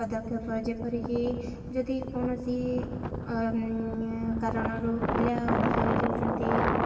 ପଦକ୍ଷେପ ଯେପରିକି ଯଦି କୌଣସି କାରଣରୁ ପିଲା ଅଧିକ ହେଇଯାଉଛନ୍ତି